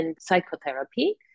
psychotherapy